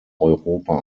europa